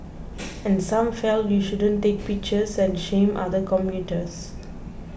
and some felt you shouldn't take pictures and shame other commuters